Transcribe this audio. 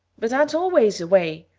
but that's always the way.